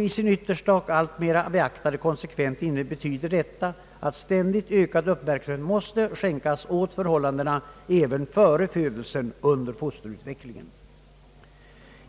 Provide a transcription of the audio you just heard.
I sin yttersta och alltmera beaktade konsekvens betyder detta att ständigt ökad uppmärksamhet måste skänkas också åt förhållanden före födelsen under fosterutvecklingen.